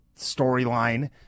storyline